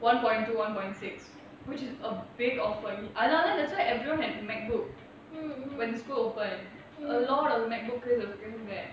one point two one point six which is a big offer ah nah then that's why everyone have Macbook when school open a lot of Macbook there